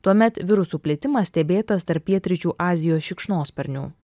tuomet virusų plitimas stebėtas tarp pietryčių azijos šikšnosparnių